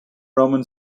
roman